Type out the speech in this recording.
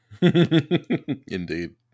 Indeed